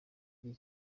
agira